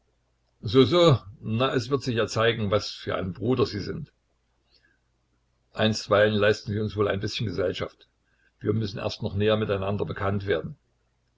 so so na es wird sich ja zeigen was für ein bruder sie sind einstweilen leisten sie uns wohl ein bißchen gesellschaft wir müssen erst noch näher mit einander bekannt werden